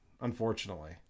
unfortunately